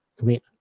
wait